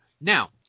Now